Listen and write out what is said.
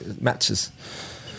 Matches